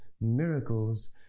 miracles